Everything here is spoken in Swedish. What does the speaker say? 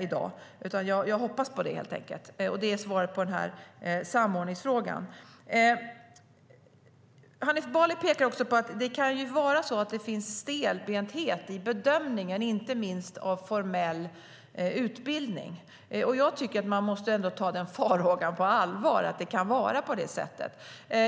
i dag. Jag hoppas på det, helt enkelt. Det är svaret på samordningsfrågan. Hanif Bali pekar också på att det kan finnas stelbenthet i bedömningen, inte minst av formell utbildning. Jag tycker att man måste ta den farhågan på allvar. Det kan vara på det sättet.